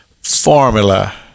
formula